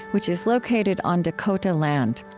which is located on dakota land.